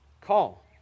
call